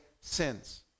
sins